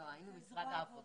לא, היינו במשרד העבודה.